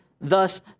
thus